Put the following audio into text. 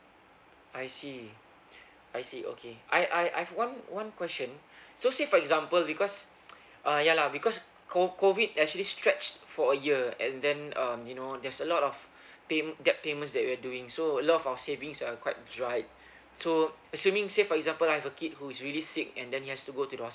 I see I see okay I I I've one one question so say for example because ah ya lah because co~ COVID actually stretch for a year and then um you know there's a lot of paym~ debt payments that we're doing so a lot of our savings are quite dried so assuming say for example I have a kid who is really sick and then he has to go to the hospital